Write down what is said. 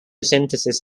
synthesis